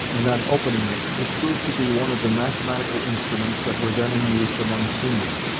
and on opening it, it proved to be one of the mathematical instruments that were then in use among seamen,